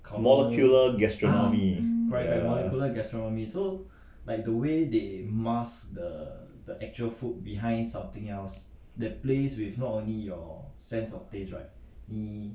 molecular gastronomy ya